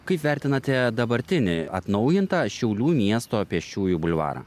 kaip vertinate dabartinį atnaujintą šiaulių miesto pėsčiųjų bulvarą